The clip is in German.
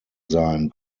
sein